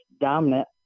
dominant